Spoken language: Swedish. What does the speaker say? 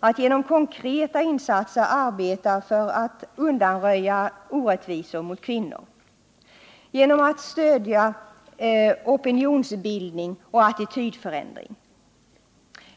2. genom att med konkreta insatser arbeta för att undanröja orättvisor mot kvinnor, 3. genom att stödja opinionsbildning och attitydförändring.